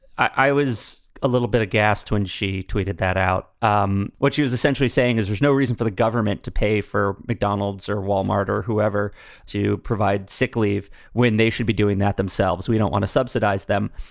i was a little bit of gas when she tweeted that out. um what she was essentially saying is there's no reason for the government to pay for mcdonald's or walmart or whoever to provide sick leave when they should be doing that themselves. we don't want to subsidize them.